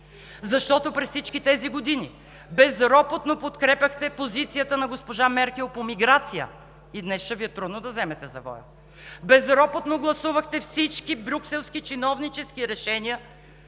Защото през всичките тези години безропотно подкрепяхте позицията на госпожа Меркел по миграцията и днес ще Ви е трудно да вземете завоя. Безропотно гласувахте всички брюкселски чиновнически решения,